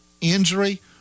injury